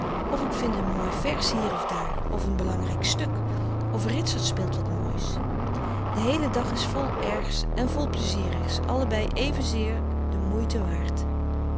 of k vin n mooi vers hier of daar of n belangrijk stuk of ritsert speelt wat moois de heele dag is vol ergs en vol plezierigs allebei evezeer de moeite waard